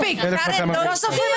נפל.